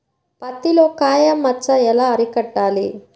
పత్తిలో కాయ మచ్చ ఎలా అరికట్టాలి?